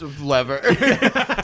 lever